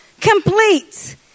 Complete